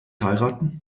heiraten